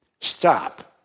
Stop